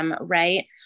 right